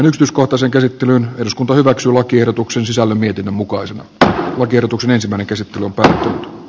nyt uskoo toisen käsittelyn eduskunta hyväksyi lakiehdotuksen sisällön mietinnön mukaan se päätetään lakiehdotuksen sisällöstä